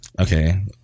Okay